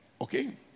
okay